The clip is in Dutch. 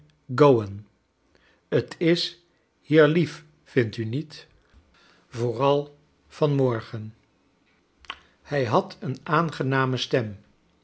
gowan t is hier lief vindt u niet vooral van morgen hij had een aangename stem